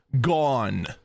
gone